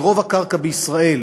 ורוב הקרקע בישראל